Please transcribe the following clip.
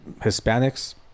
Hispanics